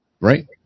Right